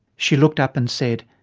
she looked up and said,